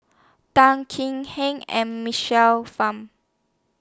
Tan Kek Hiang and Michael Fam